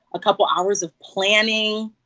a couple of hours of planning.